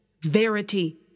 verity